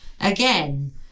again